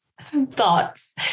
thoughts